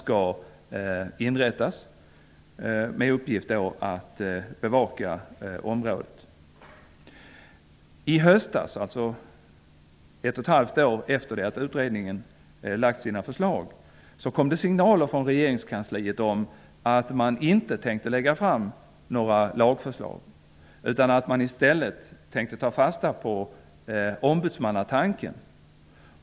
Uppgiften skall vara att bevaka området. I höstas, alltså ett och ett halvt år efter det att utredningen lagt fram sina förslag, kom det signaler från regeringskansliet om att man inte tänkte lägga fram några lagförslag. Man tänkte i stället ta fasta på ombudsmannatanken.